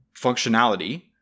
functionality